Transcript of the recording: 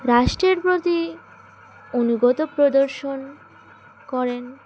রাষ্ট্রের প্রতি আনুগত্য প্রদর্শন করেন